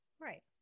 right